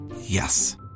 yes